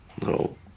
little